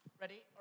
ready